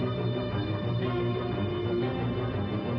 the the the